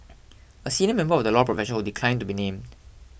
a senior member of the law profession who declined to be named